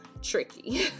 tricky